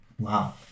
Wow